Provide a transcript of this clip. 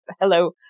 Hello